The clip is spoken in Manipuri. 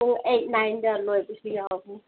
ꯄꯨꯡ ꯑꯩꯠ ꯅꯥꯏꯟꯗ ꯂꯣꯏꯕꯁꯨ ꯌꯥꯎꯕꯅꯤ